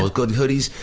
but good hoodies,